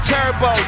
Turbo